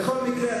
בכל מקרה,